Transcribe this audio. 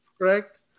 correct